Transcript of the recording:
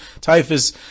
typhus